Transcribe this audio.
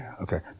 Okay